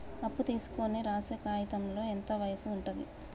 అప్పు తీసుకోనికి రాసే కాయితంలో ఎంత వయసు ఉంటది?